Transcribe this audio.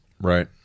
Right